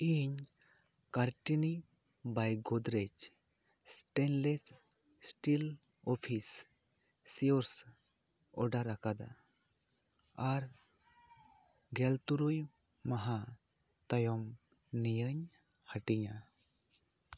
ᱤᱧ ᱠᱟᱨᱴᱮᱱᱤ ᱵᱟᱭ ᱜᱳᱫᱽᱨᱮᱡᱽ ᱥᱴᱮᱱᱞᱮᱥ ᱥᱴᱤᱞ ᱚᱯᱷᱤᱥ ᱥᱤᱭᱳᱥ ᱚᱰᱟᱨ ᱟᱠᱟᱫᱟ ᱟᱨ ᱜᱮᱞ ᱛᱟᱨᱩᱭ ᱢᱟᱦᱟ ᱛᱟᱭᱚᱢ ᱱᱤᱭᱟᱹᱧ ᱦᱟᱹᱴᱤᱧᱟ